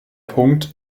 punkt